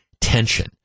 tension